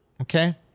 Okay